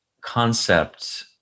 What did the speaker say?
concept